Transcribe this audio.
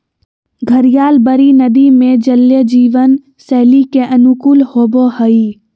घड़ियाल बड़ी नदि में जलीय जीवन शैली के अनुकूल होबो हइ